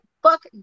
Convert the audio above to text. Fuck